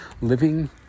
living